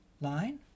line